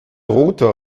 rute